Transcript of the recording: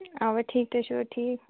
اَوا ٹھیٖک تُہۍ چھِوا ٹھیٖک